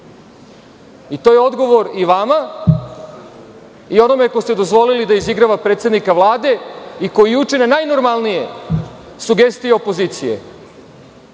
je odgovor i vama i onome kome ste dozvolili da izigrava predsednika Vlade i koji juče na najnormalnije sugestije opozicije